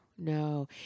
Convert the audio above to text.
No